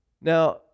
Now